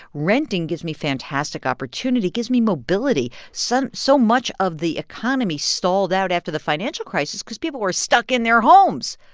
renting gives me fantastic opportunity, gives me mobility. so so much of the economy stalled out after the financial crisis because people were stuck in their homes.